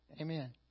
Amen